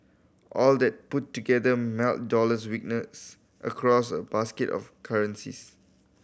all that put together meant dollar weakness across a basket of currencies